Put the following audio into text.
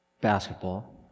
basketball